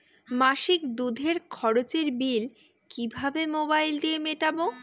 মাসিক দুধের খরচের বিল কিভাবে মোবাইল দিয়ে মেটাব?